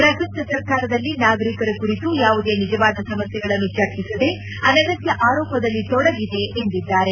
ಪ್ರಸಕ್ತ ಸರ್ಕಾರದಲ್ಲಿ ನಾಗರಿಕರ ಕುರಿತು ಯಾವುದೇ ನಿಜವಾದ ಸಮಸ್ಥೆಗಳನ್ನು ಚರ್ಚಿಸದೆ ಅನಗತ್ಕ ಆರೋಪದಲ್ಲಿ ತೊಡಗಿದೆ ಎಂದಿದ್ದಾರೆ